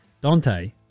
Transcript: Dante